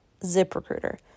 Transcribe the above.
ZipRecruiter